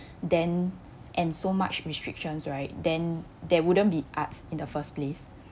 then and so much restrictions right then there wouldn't be arts in the first place